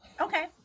okay